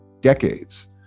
decades